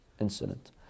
incident